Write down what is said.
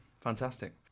fantastic